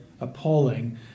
appalling